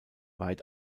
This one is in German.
weit